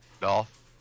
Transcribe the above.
Dolph